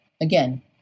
Again